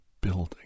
building